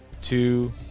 Two